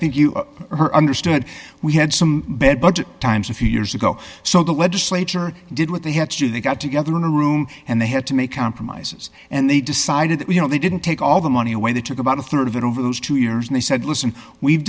you understood we had some bad budget times a few years ago so the legislature did what they had to do they got together in a room and they had to make compromises and they decided you know they didn't take all the money away they took about a rd of it over those two years and they said listen we've